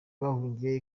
bahungiye